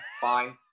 fine